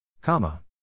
Comma